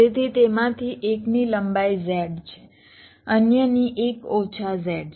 તેથી તેમાંથી એકની લંબાઈ z છે અન્યની 1 ઓછા z છે